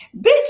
Bitch